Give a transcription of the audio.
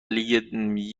لیگ